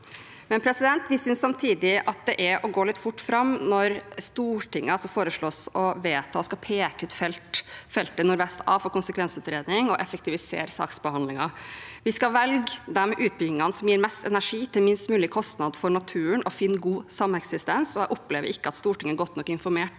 fra 2025. Vi synes samtidig det er å gå litt fort fram når Stortinget foreslås å skulle vedta å peke ut feltet Nordvest A for konsekvensutredning og effektivisere saksbehandlingen. Vi skal velge de utbyggingene som gir mest energi til minst mulig kostnad for naturen, og finne god sameksistens, og jeg opplever ikke at Stortinget er godt nok informert